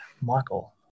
Michael